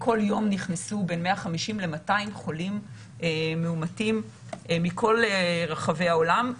כל יום נכנסו בין 150 ל-200 חולים מאומתים מכל רחבי העולם.